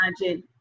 imagine